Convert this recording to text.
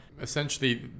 Essentially